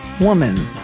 woman